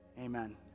Amen